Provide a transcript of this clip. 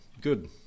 good